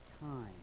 time